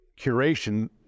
curation